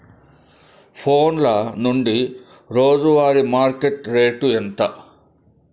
ఫోన్ల నుండి రోజు వారి మార్కెట్ రేటు ఎంత?